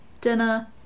dinner